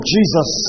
Jesus